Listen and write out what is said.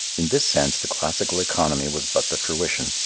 in this sense the classical economy was but the fruition,